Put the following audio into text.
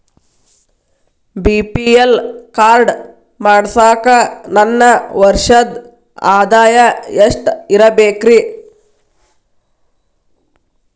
BPL card ಮಾಡ್ಸಾಕ ನನ್ನ ವರ್ಷದ್ ಆದಾಯ ಎಷ್ಟ ಇರಬೇಕ್ರಿ?